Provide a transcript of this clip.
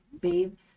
babe